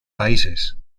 países